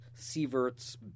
sieverts